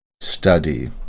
Study